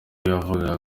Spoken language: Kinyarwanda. yavugaga